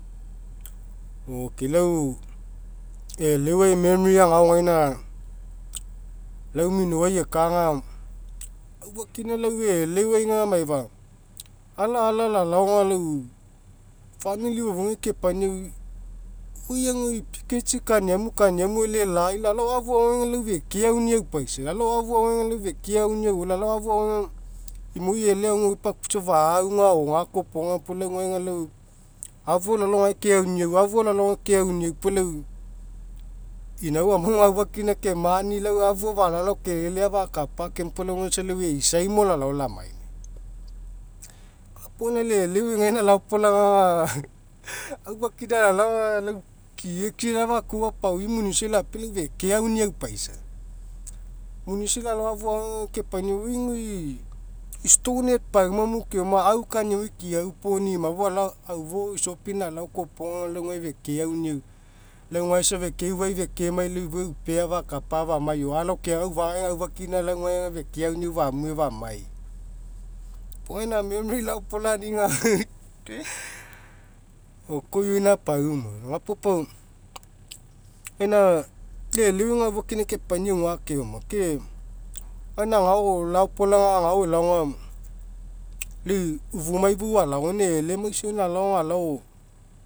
okay. Lau e'eleuai memory agao gaina lau minouai eka aga aufakina lau e'eleuai aga maifa ala ala lao aga lau famili fofouga kepainiau oi- aga oi piketsi kaniamu kaniamui e'elelai lalao afu agao gai aga fekeauniau paisa lalao afu agaogai lau fekeauniau paisa lalao afu agaugai imoi e'ele ao guau epakupua aga isa fauga o gakoa iopoga puo lau gae aga lau afuagao lalao gae keauniau afuagao lalao gae keauninau puo lau aga inau amau aga aufakina kemani'i lau afugao falalao kelele ao afakapa keoma puo lau aga isa lau eisai mo lalao lamaimai. Gapuo lau gaina e'eleuai gaina laopolaga aufakina lalao aga lau kiekie lau afakuau apaoi muni'isai lapea aga lau feke auniau paisa muni'isai lalao afuagao gai aga kepaininau oi aga oi stone head paumamu keonia au kaniauai keauponi'ima fou alao aufo isopina alao koa iopoga aga iau gae peke auniau lau gae isa feke ufai fekemai iau ifou eu pea fakapa famai o alao keaga ufagai aga aufakina lau gae fekeauniau famue famai. Puo gaina memory laoplani'i aga okoioina pauma. Gapuo pau gauna lau e'eleuai aga aufakina kapainiau gakeoma ke gaina agao laololaga agao elao aga lai fufmai fou alao gaina e'elemaisa gaina alao.